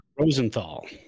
Rosenthal